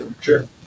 Sure